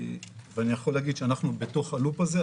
אני יכול להגיד שאנחנו בתוך הלופ הזה,